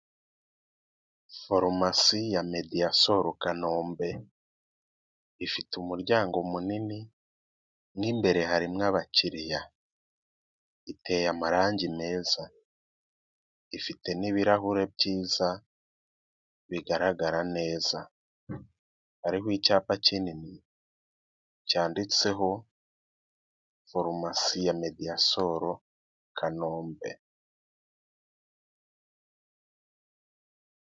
Foromasi ya Mediya soro Kanombe ifite umuryango munini mu imbere harimo abakiriya iteye amarangi meza ifite n'ibirahure byiza bigaragara neza hariho icyapa kinini cyanditseho foromasi ya Mediyasoro Kanombe.